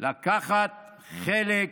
לקחת חלק: